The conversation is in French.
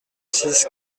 six